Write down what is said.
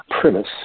premise